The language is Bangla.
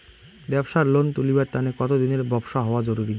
ব্যাবসার লোন তুলিবার তানে কতদিনের ব্যবসা হওয়া জরুরি?